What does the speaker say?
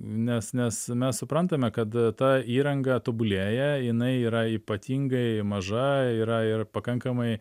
nes nes mes suprantame kad ta įranga tobulėja jinai yra ypatingai maža yra ir pakankamai